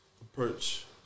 approach